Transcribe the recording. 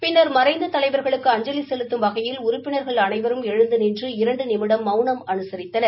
பின்னா் மறைந்த தலைவா்களுக்கு அஞ்சலி செலுத்தும் வகையில் உறப்பினா்கள் அனைவரும் எழுந்து நின்று இரண்டு நிமிடம் மவுனம் அனுசரித்தனர்